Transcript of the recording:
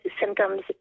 symptoms